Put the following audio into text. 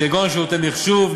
כגון שירותי מחשוב,